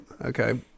okay